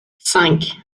cinq